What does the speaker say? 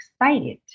excited